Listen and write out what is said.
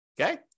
okay